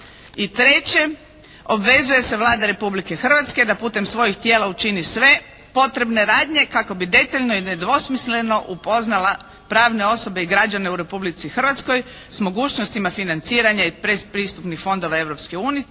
I treće. Obvezuje se Vlada Republike Hrvatske da putem svojih tijela učini sve potrebne radnje kako bi detaljno i nedvosmisleno upoznala pravne osobe i građane u Republici Hrvatskoj s mogućnostima financiranja iz predpristupnih fondova